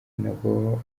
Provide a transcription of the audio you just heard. binagwaho